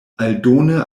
aldone